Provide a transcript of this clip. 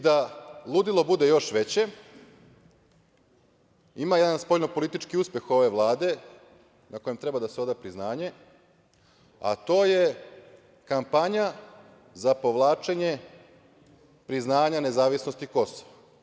Da ludilo bude još veće, ima jedan spoljnopolitički uspeh ove Vlade na kojem treba da se oda priznanje, a to je kampanja za povlačenje priznanja nezavisnosti Kosova.